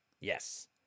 Yes